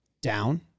down